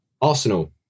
Arsenal